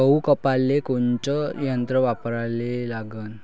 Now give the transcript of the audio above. गहू कापाले कोनचं यंत्र वापराले लागन?